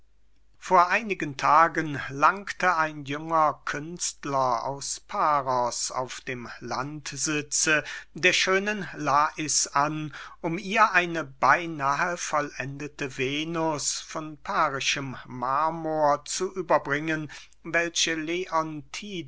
vor einigen tagen langte ein junger künstler aus paros auf dem landsitze der schönen lais an um ihr eine beynahe vollendete venus von parischem marmor zu überbringen welche